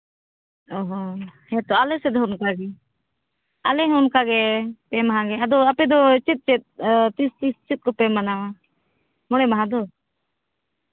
ᱚ ᱦᱚᱸ ᱟᱞᱮ ᱥᱮᱫ ᱦᱚᱸ ᱚᱱᱠᱟᱜᱮ ᱟᱞᱮ ᱦᱚᱸ ᱚᱱᱠᱟᱜᱮ ᱯᱮ ᱢᱟᱦᱟ ᱜᱮ ᱟᱫᱚ ᱟᱯᱮ ᱫᱚ ᱪᱮᱫ ᱪᱮᱫ ᱛᱤᱥ ᱛᱤᱥ ᱪᱮᱫ ᱠᱚᱯᱮ ᱢᱟᱱᱟᱣᱟ ᱢᱚᱬᱮ ᱢᱟᱦᱟ ᱫᱚ